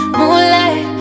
moonlight